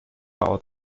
follow